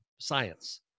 science